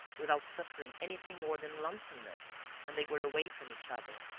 without suffering anything more than lonesomeness when they were away from each other.